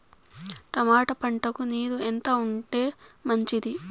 Tomato పంటకు నీరు ఎంత ఉంటే మంచిది?